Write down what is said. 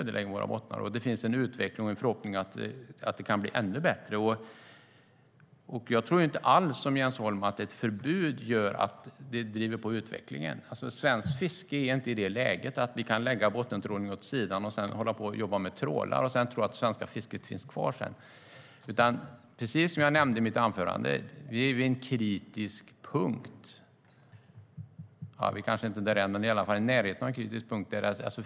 Det vill jag påstå. Det finns en utveckling och en förhoppning om att det kan bli ännu bättre. Jag tror inte alls som Jens Holm att ett förbud driver på utvecklingen. Svenskt fiske är inte i det läget att vi kan lägga bottentrålningen åt sidan och sedan hålla på att jobba med trålar och tro att det svenska fisket kommer att finnas kvar. Precis som jag nämnde i mitt anförande är vi vid en kritisk punkt, eller i alla fall i närheten av en kritisk punkt.